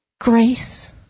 Grace